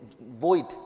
void